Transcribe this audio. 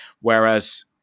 whereas